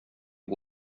att